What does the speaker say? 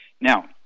now